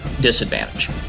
disadvantage